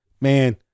man